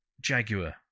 jaguar